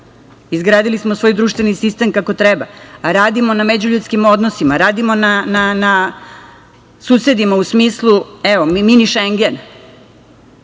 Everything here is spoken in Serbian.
zabit? Izgradili smo svoj društveni sistem kako treba, radimo na međuljudskim odnosima, radimo na susedima u smislu… Evo, „Mini Šengen“,